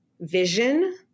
vision